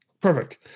Perfect